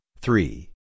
three